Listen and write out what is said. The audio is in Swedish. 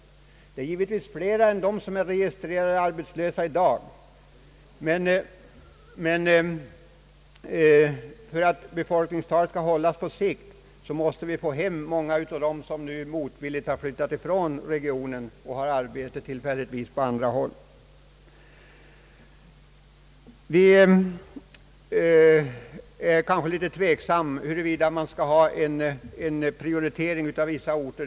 Det är givetvis flera än antalet registrerade arbetslösa i dag, men för att befolkningstalet skall kunna hållas på sikt måste vi få hem många av dem som nu motvilligt har flyttat ifrån regionen och tillfälligt har arbete på annat håll. Vi är kanske litet tveksamma, huruvida det bör ske en prioritering av vissa orter.